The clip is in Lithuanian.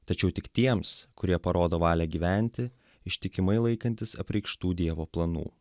tačiau tik tiems kurie parodo valią gyventi ištikimai laikantis apreikštų dievo planų